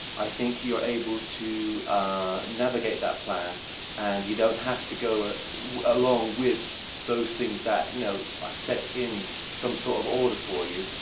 i think you're able to ah know get that plan and you don't have to go ah along with those things that you know are set in some sort of order for you,